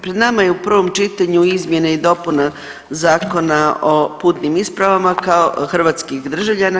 Pred nama je u prvom čitanju izmjene i dopuna Zakona o putnim ispravama hrvatskih državljana.